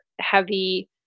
heavy